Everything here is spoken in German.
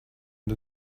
und